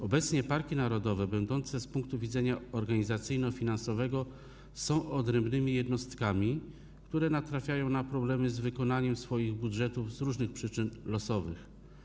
Obecnie parki narodowe będące z punktu widzenia organizacyjno-finansowego odrębnymi jednostkami natrafiają na problemy z wykonaniem swoich budżetów z różnych przyczyn losowych.